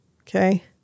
Okay